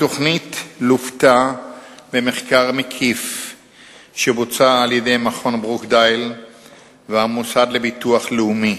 התוכנית לוותה במחקר מקיף של מכון ברוקדייל והמוסד לביטוח לאומי,